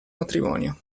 matrimonio